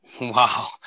Wow